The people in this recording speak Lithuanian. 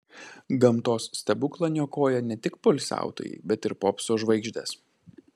gamtos stebuklą niokoja ne tik poilsiautojai bet ir popso žvaigždės